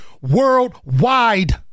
worldwide